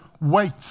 wait